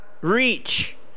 reach